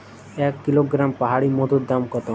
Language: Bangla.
এক কিলোগ্রাম পাহাড়ী মধুর দাম কত?